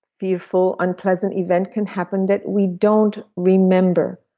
fearful unpleasant event can happen that we don't remember.